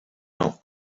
not